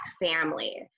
family